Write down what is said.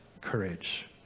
courage